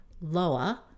lower